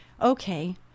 okay